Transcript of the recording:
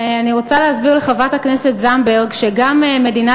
אני רוצה להסביר לחברת הכנסת זנדברג שגם מדינה